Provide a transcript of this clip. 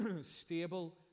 stable